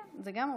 כן, גם זו אופציה.